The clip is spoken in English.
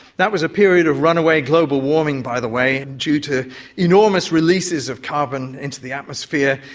that was a period of runaway global warming, by the way, due to enormous releases of carbon into the atmosphere,